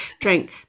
Drink